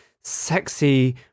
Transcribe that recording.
sexy